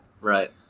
Right